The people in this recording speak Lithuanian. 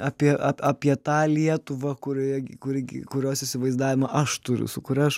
apie tą lietuvą kurioje kurios įsivaizdavimą aš turiu su kuria aš užaugau